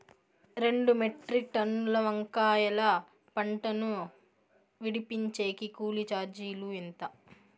రెండు మెట్రిక్ టన్నుల వంకాయల పంట ను విడిపించేకి కూలీ చార్జీలు ఎంత?